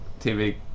TV